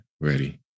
ready